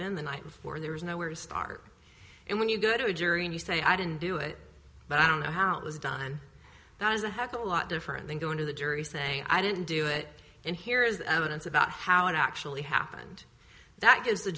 been the night before there was nowhere to start and when you go to a jury and you say i didn't do it but i don't know how it was done that is a heck of a lot different than going to the jury thing i didn't do it and here is the evidence about how it actually happened that g